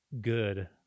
good